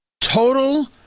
total